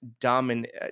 dominate